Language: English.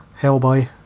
Hellboy